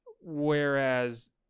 whereas